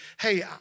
hey